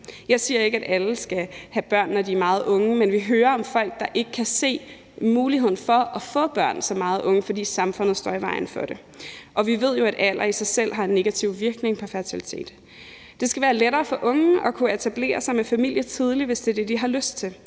Jeg siger ikke, at alle skal have børn, når de er meget unge, men vi hører om folk, der ikke kan se muligheden for at få børn som meget unge, fordi samfundet står i vejen for det. Og vi ved jo, at alder i sig selv har en negativ indvirkning på fertilitet. Det skal være lettere for unge at kunne etablere sig med familie tidligt, hvis det er det, de har lyst til.